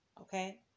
okay